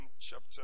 chapter